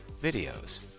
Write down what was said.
videos